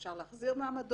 אפשר להחזיר את מעמדו.